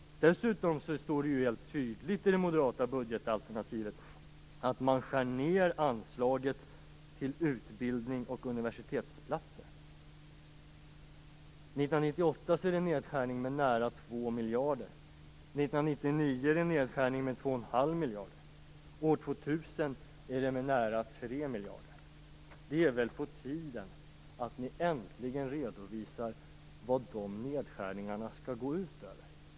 Dessutom står det tydligt i det moderata budgetalternativet att man skär ned anslaget till utbildningsoch universitetsplatser. År 1998 är det en nedskärning med nära 2 miljarder, år 1999 är det en nedskärning med 2 1⁄2 miljarder och år 2000 är det en nedskärning med nära 3 miljarder. Det är väl på tiden att ni äntligen redovisar vad dessa nedskärningar skall gå ut över?